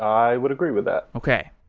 i would agree with that. okay.